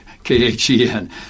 K-H-E-N